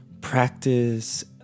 practice